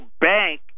bank